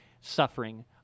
suffering